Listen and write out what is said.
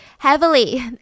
heavily